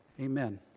Amen